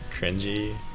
cringy